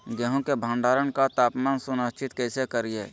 गेहूं का भंडारण का तापमान सुनिश्चित कैसे करिये?